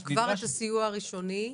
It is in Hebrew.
אבל את הסיוע הראשוני,